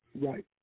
Right